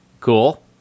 cool